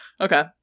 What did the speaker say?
Okay